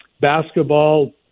basketball